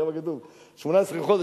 שם כתוב 18 חודש,